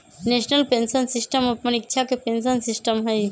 national pension system अप्पन इच्छा के पेंशन सिस्टम हइ